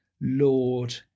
Lord